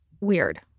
weird